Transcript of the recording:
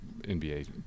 nba